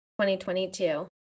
2022